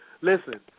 Listen